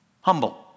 humble